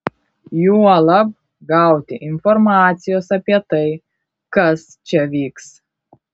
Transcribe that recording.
juolab gauti informacijos apie tai kas čia vyks